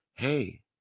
hey